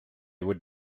would